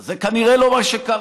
אבל זה כנראה לא מה שקרה.